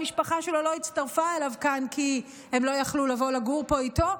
המשפחה שלו לא הצטרפה אליו כאן כי הם לא יכלו לבוא לגור פה איתו,